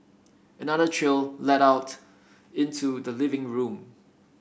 another trail led out into the living room